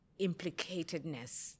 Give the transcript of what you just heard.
implicatedness